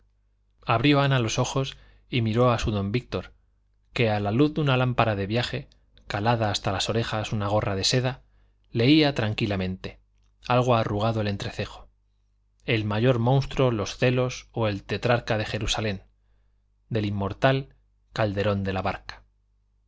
empezado abrió ana los ojos y miró a su don víctor que a la luz de una lámpara de viaje calada hasta las orejas una gorra de seda leía tranquilamente algo arrugado el entrecejo el mayor monstruo los celos o el tetrarca de jerusalén del inmortal calderón de la barca